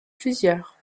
plusieurs